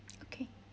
okay